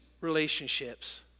relationships